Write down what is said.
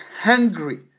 hungry